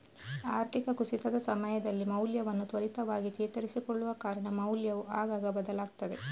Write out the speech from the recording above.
ಆರ್ಥಿಕ ಕುಸಿತದ ಸಮಯದಲ್ಲಿ ಮೌಲ್ಯವನ್ನ ತ್ವರಿತವಾಗಿ ಚೇತರಿಸಿಕೊಳ್ಳುವ ಕಾರಣ ಮೌಲ್ಯವು ಆಗಾಗ ಬದಲಾಗ್ತದೆ